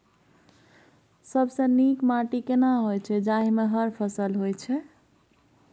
सबसे नीक माटी केना होय छै, जाहि मे हर फसल होय छै?